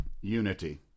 unity